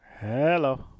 Hello